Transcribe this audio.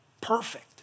Perfect